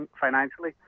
financially